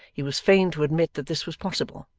he was fain to admit that this was possible,